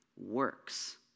works